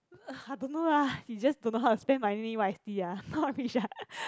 uh I don't know lah he just don't know how to spend money wisely lah not rich lah